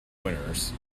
winters